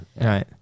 Right